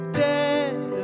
dead